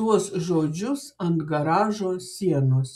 tuos žodžius ant garažo sienos